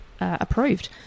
approved